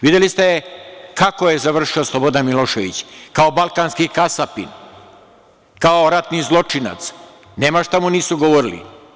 Videli ste kako je završio Slobodan Milošević, kao balkanski kasapin, kao ratni zločinac, nema šta mu nisu govorili.